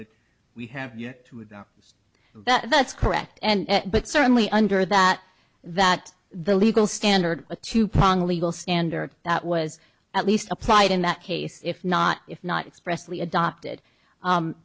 that we have yet to adopt that that's correct and but certainly under that that the legal standard a two prong legal standard that was at least applied in that case if not if not expressly adopted